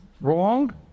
wrong